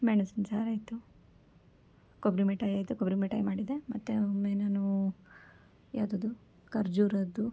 ಮೆಣಸಿನ ಸಾರು ಆಯಿತು ಕೊಬ್ಬರಿ ಮಿಠಾಯಿ ಆಯಿತು ಕೊಬ್ಬರಿ ಮಿಠಾಯಿ ಮಾಡಿದ್ದೆ ಮತ್ತು ಒಮ್ಮೆ ನಾನು ಯಾವುದದು ಖರ್ಜೂರದ್ದು